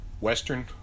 Western